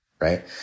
right